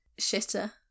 shitter